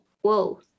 Whoa